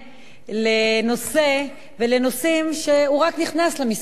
לנושא ולנושאים שהוא רק נכנס למשרד